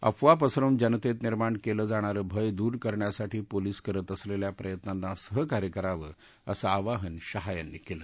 अफवा पसरवून जनतेत निर्माण केलं जाणारं भय दूर करण्यासाठी पोलीस करत असलेल्या प्रयत्नांना सहकार्य करावं असं आवाहन शहा यांनी केलं